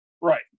Right